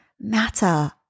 matter